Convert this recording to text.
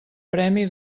premi